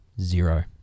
zero